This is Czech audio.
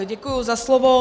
Děkuji za slovo.